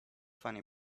funny